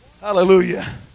Hallelujah